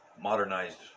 modernized